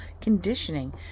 conditioning